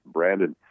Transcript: Brandon